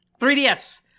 3DS